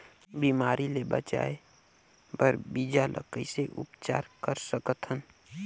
बिमारी ले बचाय बर बीजा ल कइसे उपचार कर सकत हन?